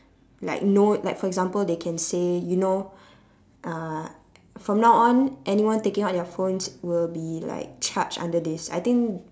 like no like for example they can say you know uh from now on anyone taking out their phones will be like charged under this I think